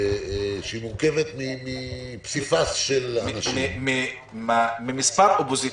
שהיא מורכבת מפסיפס של אנשים --- ממספר אופוזיציות.